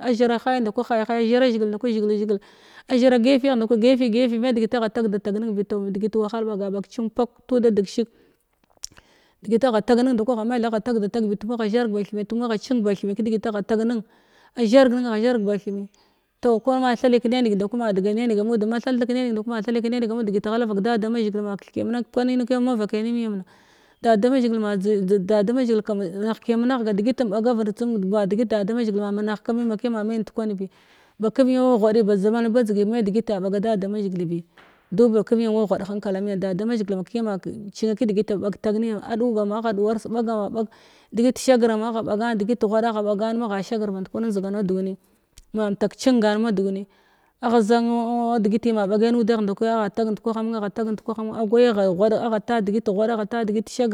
a zhara ja’i ndakwi ha’i ha’i a zhara zhigil a zhara gefiyagh ndaku gefi gefi me. Degit agha da tag da tag nen bi toh degit wahal ɓaga ba chimtakw tuda deg shig degitagha taghnenndaku me tha tin agha zhar ba then tuma agha cing ba theni kədegit agha tag nemi a zhar gən agha zhar bad themi tog kwana thalikəneng ndaku ma dega neng amud matha theg keneg mathali nenga mud degit ghalav vak da da mazhigil ma lethkiyamna kwanun kiyam mavakai ni’inyamin da da mazhigil ma-njda-njda kam mnah kiyam nagha degiten ɓagaven tsum ma mdegit da da mazhigil ma nah kkiyami ma kiya ma me nakwan bi ba kemyam waghuadiba zaman badzgi me degita a ɓaga da da mazhigil bi du ba kəmyam wa ghauɗ hankala miyam da da mazhigil makiya ma kicina kədegit bag-tag a ɗuga ma agha duwars ma gha ɓagan degit ghuaɗa band kwan njdigana duni ma mtak cingan ma duni agha zan n-n degit ma ɓagai nudagh ndkwi agha tag ndkwaha munna agha tag ndkwaha munn agwaya ghai ghuaɗ agha ta degot ghuaɗ agha ta degit shag niya